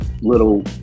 little